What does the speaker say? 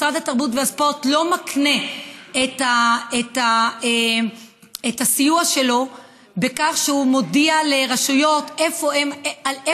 משרד התרבות והספורט לא מתנה את הסיוע שלו בכך שהוא מודיע לרשויות איפה